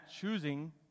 choosing